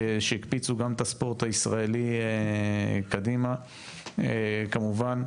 שהקפיצו גם את הספורט הישראלי קדימה כמובן.